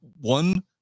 one